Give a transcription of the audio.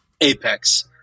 Apex